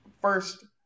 first